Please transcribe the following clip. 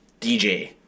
DJ